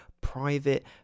private